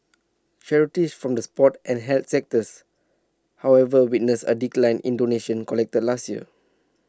charities from the sports and health sectors however witnessed A decline in donations collected last year